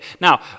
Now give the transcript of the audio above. Now